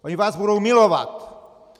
Oni vás budou milovat!